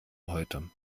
heute